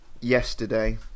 yesterday